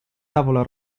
tavola